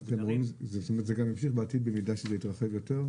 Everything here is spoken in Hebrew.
זה גם ימשיך בעתיד גם אם זה יתרחב יותר,